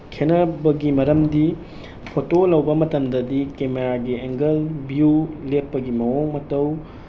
ꯈꯦꯅꯕꯒꯤ ꯃꯔꯝꯗꯤ ꯐꯣꯇꯣ ꯂꯧꯕ ꯃꯇꯝꯗꯗꯤ ꯀꯦꯃꯦꯔꯥꯒꯤ ꯑꯦꯡꯒꯜ ꯚ꯭ꯌꯨ ꯂꯦꯞꯄꯒꯤ ꯃꯑꯣꯡ ꯃꯇꯧ